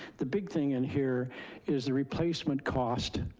the big thing in here is the replacement cost,